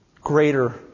greater